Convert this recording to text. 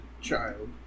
child